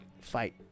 fight